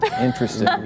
Interesting